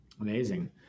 Amazing